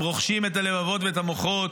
הם רוכשים את הלבבות ואת המוחות,